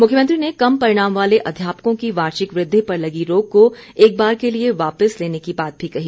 मुख्यमंत्री ने कम परिणाम वाले अध्यापकों की वार्षिक वृद्धि पर लगी रोक को एक बार के लिए वापिस लेने की बात भी कही